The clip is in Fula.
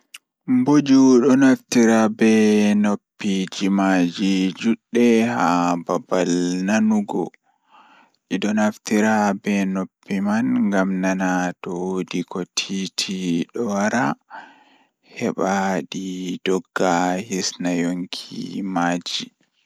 Waawataa njiddude fingernails ngal toŋngol ngal ngam hokka ngal he fingernails ngal. Hokkondir fingernails ngal so tawii waawataa njiddaade toŋngol ngal ngam njiddaade kadi ɓuri. Jokkondir fingernails ngal e safu, waawataa jokkondir no waawataa njiddaade.